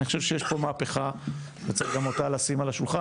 אני חושב שיש פה מהפכה וצריך גם אותה לשים על השולחן,